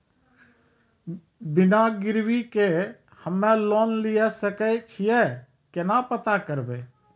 बिना गिरवी के हम्मय लोन लिये सके छियै केना पता करबै?